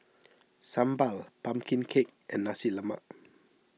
Sambal Pumpkin Cake and Nasi Lemak